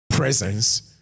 Presence